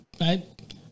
right